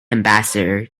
ambassador